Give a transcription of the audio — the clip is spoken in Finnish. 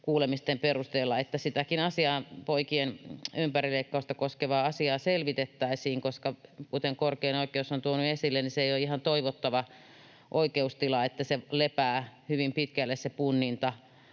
kuulemisten perusteella, että sitäkin asiaa, poikien ympärileikkausta koskevaa asiaa, selvitettäisiin, koska kuten korkein oikeus on tuonut esille, niin se ei ole ihan toivottava oikeustila, että se punninta lepää hyvin pitkälle korkeimman